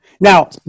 Now